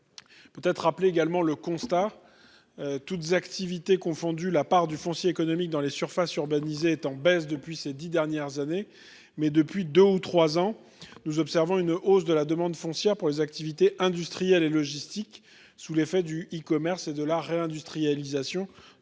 Peut être appelé également le constat. Toutes activités confondues, la part du foncier économique dans les surfaces urbanisées est en baisse depuis ces 10 dernières années, mais depuis 2 ou 3 ans, nous observons une hausse de la demande foncière pour les autres activités industrielles et logistiques sous l'effet du E-commerce et de la réindustrialisation,